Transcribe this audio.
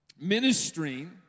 ministering